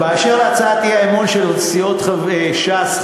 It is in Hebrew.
באשר להצעת האי-אמון של סיעות ש"ס,